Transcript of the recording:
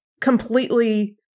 completely